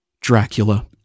dracula